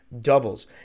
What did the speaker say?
doubles